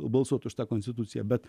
balsuoti už tą konstituciją bet